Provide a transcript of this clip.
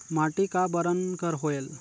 माटी का बरन कर होयल?